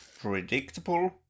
predictable